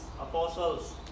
apostles